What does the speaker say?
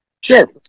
Sure